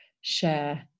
share